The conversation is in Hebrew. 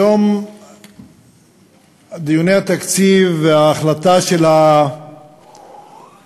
היום דיוני התקציב וההחלטה של